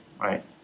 right